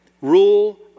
Rule